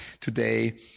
today